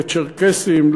לצ'רקסים,